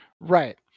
Right